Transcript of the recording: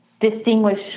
distinguish